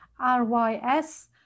rys